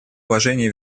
уважении